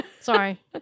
Sorry